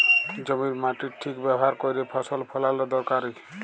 জমির মাটির ঠিক ব্যাভার ক্যইরে ফসল ফলাল দরকারি